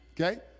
Okay